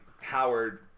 Howard